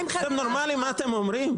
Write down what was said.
זה נורמאלי מה שאתם אומרים?